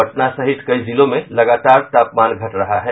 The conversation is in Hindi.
पटना सहित कई जिलों में लगातार तापमान घट रहा है